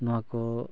ᱱᱚᱣᱟ ᱠᱚ